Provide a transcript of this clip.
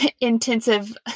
intensive